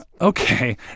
Okay